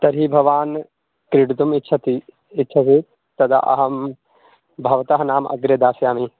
तर्हि भवान् क्रीडितुम् इच्छति इच्छसि तदा अहं भवतः नाम अग्रे दास्यामि